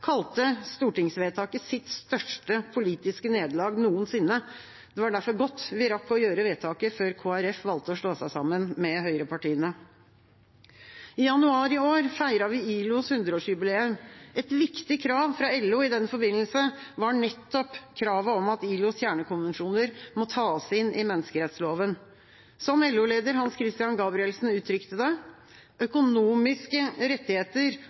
kalte stortingsvedtaket sitt største politiske nederlag noensinne. Det var derfor godt vi rakk å fatte vedtaket før Kristelig Folkeparti valgte å slå seg sammen med høyrepartiene. I januar i år feiret vi ILOs 100-årsjubileum. Et viktig krav fra LO i den forbindelse var nettopp kravet om at ILOs kjernekonvensjoner må tas inn i menneskerettsloven. Som LO-leder Hans-Christian Gabrielsen uttrykte det: «Økonomiske rettigheter